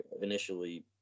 initially